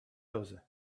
other